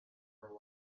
rely